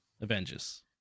Avengers